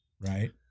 right